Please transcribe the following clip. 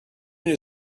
need